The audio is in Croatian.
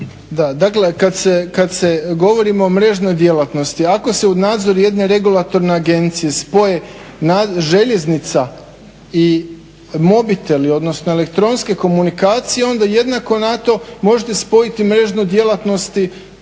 kad se govorimo o mrežnoj djelatnosti, ako se u nadzor jedne regulatorne agencije spoje željeznica i mobiteli odnosno elektronske komunikacije onda jednako na to možete spojiti mrežu djelatnosti